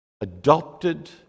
adopted